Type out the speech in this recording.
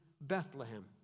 Bethlehem